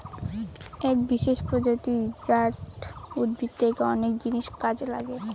এক বিশেষ প্রজাতি জাট উদ্ভিদ থেকে অনেক জিনিস কাজে লাগে